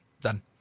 Done